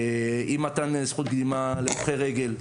אי מתן זכות קדימה להולכי רגל.